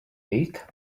eighth